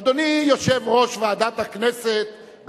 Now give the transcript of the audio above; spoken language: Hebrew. אדוני יושב-ראש ועדת הכנסת,